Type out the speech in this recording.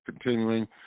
continuing